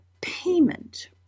payment